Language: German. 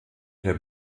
der